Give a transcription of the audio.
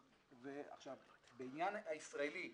בעניין הישראלי כשלעצמו,